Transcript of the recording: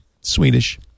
Swedish